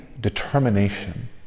determination